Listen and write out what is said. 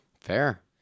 fair